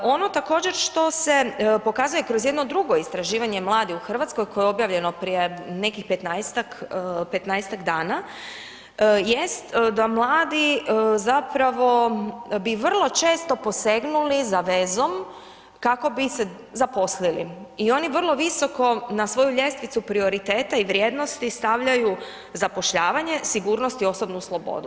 Ono također što se pokazuje kroz jedno drugo istraživanje mladih u Hrvatskoj, koje je obavljeno prije nekih 15-tak dana, jeste da mladi zapravo, bi vrlo često posegnuli za vezom kako bi se zaposlili i oni vrlo visoku na svoju ljestvicu prioriteta i vrijednosti stavljaju zapošljavanje, sigurnost i osobnu slobodu.